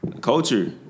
culture